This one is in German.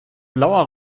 blauer